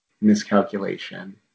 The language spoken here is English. miscalculation